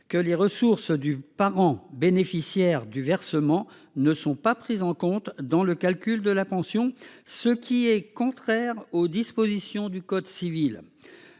que les ressources du parent bénéficiaire du versement ne sont pas prises en compte dans le calcul de la pension. Ce qui est contraire aux dispositions du code civil.